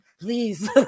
please